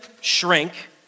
shrink